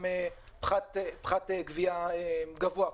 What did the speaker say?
גם פחת גבייה גבוה,